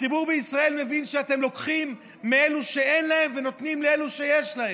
הציבור בישראל מבין שאתם לוקחים מאלה שאין להם ונותנים לאלה שיש להם.